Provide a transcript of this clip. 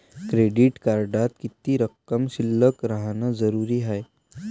Credit कार्डात किती रक्कम शिल्लक राहानं जरुरी हाय?